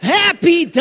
happy